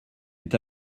est